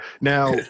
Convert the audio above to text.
Now